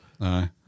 Aye